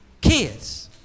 Kids